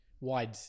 wide